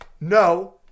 No